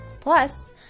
Plus